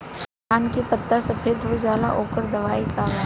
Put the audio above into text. धान के पत्ता सफेद हो जाला ओकर दवाई का बा?